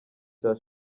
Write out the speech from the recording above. cya